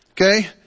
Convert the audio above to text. Okay